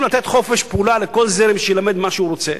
לתת חופש פעולה לכל זרם שילמד מה שהוא רוצה,